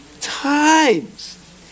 times